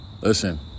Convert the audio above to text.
Listen